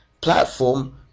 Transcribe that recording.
platform